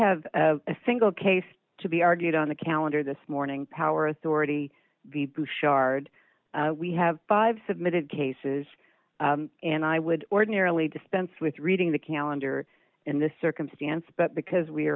have a single case to be argued on the calendar this morning power authority the bouchard we have five submitted cases and i would ordinarily dispense with reading the calendar in this circumstance but because we